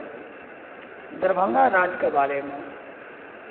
ताहिसभ दुआरे दरभङ्गा राजके बारेमे